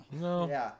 No